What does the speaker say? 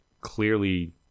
clearly